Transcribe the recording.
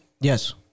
Yes